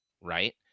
right